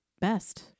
best